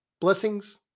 Blessings